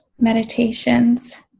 meditations